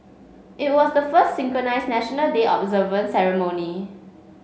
it was the first synchronised National Day observance ceremony